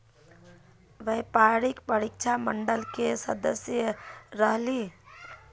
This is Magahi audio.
व्यावसायिक परीक्षा मंडल के सदस्य रहे ली?